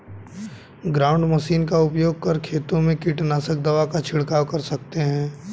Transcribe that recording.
ground machine का उपयोग कर खेतों में कीटनाशक दवा का झिड़काव कर सकते है